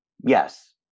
yes